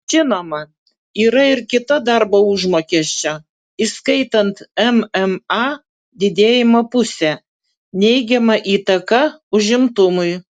žinoma yra ir kita darbo užmokesčio įskaitant mma didėjimo pusė neigiama įtaka užimtumui